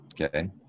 Okay